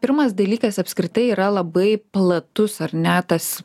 pirmas dalykas apskritai yra labai platus ar ne tas